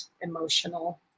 emotional